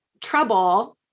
trouble